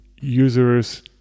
users